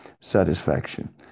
satisfaction